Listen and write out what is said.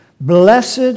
Blessed